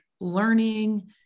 learning